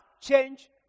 change